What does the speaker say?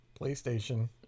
PlayStation